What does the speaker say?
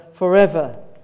forever